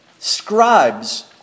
Scribes